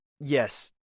Yes